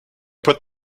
put